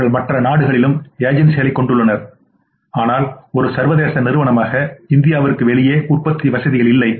அவர்கள் மற்ற நாடுகளிலும் ஏஜென்சிகளைக் கொண்டுள்ளனர் ஆனால் ஒரு சர்வதேச நிறுவனமாக இந்தியாவுக்கு வெளியே உற்பத்தி வசதிகள் இல்லை